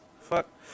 Fuck